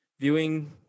Viewing